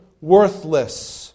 worthless